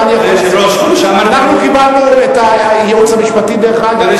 אנחנו קיבלנו את הייעוץ המשפטי, דרך אגב.